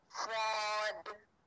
fraud